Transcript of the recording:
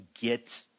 get